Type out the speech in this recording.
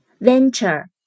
Venture